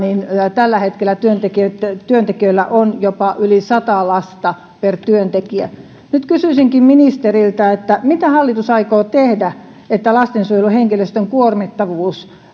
tällä hetkellä työntekijöillä on jopa yli sata lasta per työntekijä nyt kysyisinkin ministeriltä mitä hallitus aikoo tehdä että lastensuojelun henkilöstön kuormittavuus